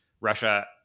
Russia